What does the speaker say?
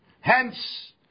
Hence